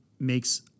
makes